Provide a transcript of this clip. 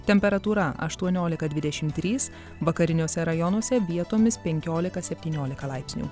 temperatūra aštuoniolika dvidešim trys vakariniuose rajonuose vietomis penkiolika septyniolika laipsnių